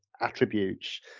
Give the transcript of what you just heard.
attributes